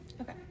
Okay